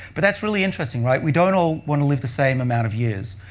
but that's really interesting, right? we don't all want to live the same amount of years.